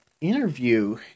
interview